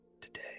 Today